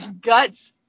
guts